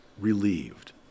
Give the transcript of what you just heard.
relieved